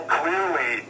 clearly